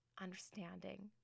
understanding